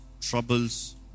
troubles